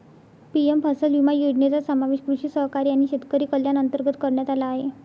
PM फसल विमा योजनेचा समावेश कृषी सहकारी आणि शेतकरी कल्याण अंतर्गत करण्यात आला आहे